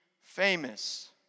famous